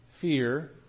Fear